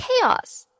chaos